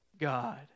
God